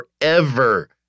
forever